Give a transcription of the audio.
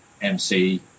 MC